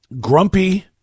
grumpy